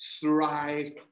thrive